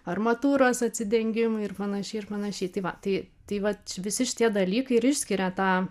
armatūros atsidengimai ir panašiai ir panašiai tai va tai tai vat visi šitie dalykai ir išskiria tą